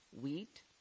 wheat